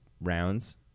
rounds